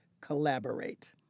collaborate